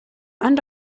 and